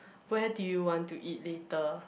where do you want to eat later